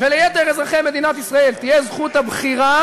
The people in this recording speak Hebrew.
וליתר אזרחי מדינת ישראל תהיה זכות הבחירה,